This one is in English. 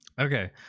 Okay